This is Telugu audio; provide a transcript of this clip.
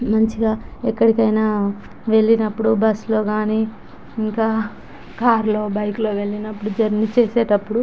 మంచిగా ఎక్కడికైనా వెళ్ళినపుడు బస్లోగాని ఇంకా కార్లో బైకులో వెళ్ళినపుడు జర్నీ చేసినప్పుడు